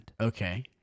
Okay